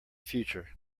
future